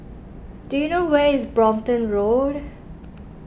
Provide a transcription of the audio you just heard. do you know where is Brompton Road